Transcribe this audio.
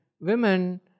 women